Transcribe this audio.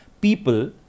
people